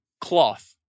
Cloth